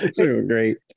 great